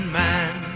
man